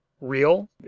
real